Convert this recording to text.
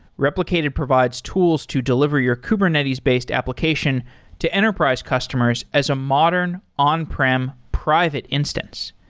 replicated provides tools to deliver your kubernetes-based application to enterprise customers as a modern on prem private instance.